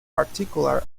particularly